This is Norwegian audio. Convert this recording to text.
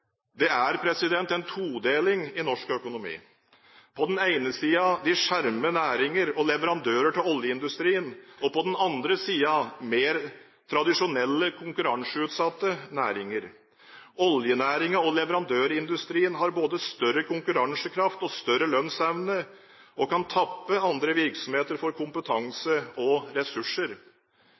Det er en todeling i norsk økonomi. På den ene siden de skjermede næringer og leverandører til oljeindustrien, og på den andre siden mer tradisjonelle konkurranseutsatte næringer. Oljenæringen og leverandørindustrien har både større konkurransekraft og større lønnsevne og kan tappe andre virksomheter for kompetanse og ressurser.